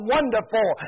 Wonderful